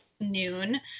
noon